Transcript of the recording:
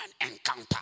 encounter